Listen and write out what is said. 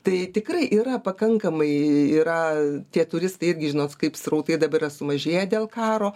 tai tikrai yra pakankamai yra tie turistai irgi žinot kaip srautai dabar yra sumažėję dėl karo